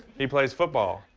he plays football.